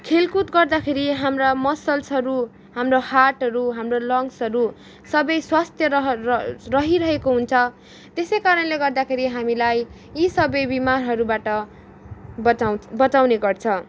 खेलकुद गर्दाखेरि हाम्रा मसल्सहरू हाम्रो हार्टहरू हाम्रो लङ्गसहरू सबै स्वास्थ्य रहर र रहिरहेको हुन्छ त्यसै कारणले गर्दाखेरि हामीलाई यी सबै बिमारहरूबाट बचाउ बचाउने गर्छ